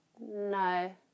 No